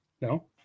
No